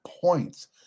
points